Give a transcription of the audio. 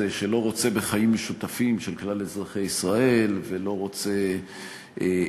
שלא רוצה בחיים משותפים של כלל אזרחי ישראל ולא רוצה או